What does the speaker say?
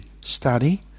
study